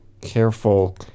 careful